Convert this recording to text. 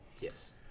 Yes